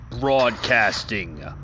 Broadcasting